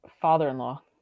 father-in-law